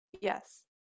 Yes